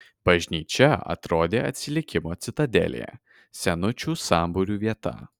bažnyčia atrodė atsilikimo citadelė senučių sambūrių vieta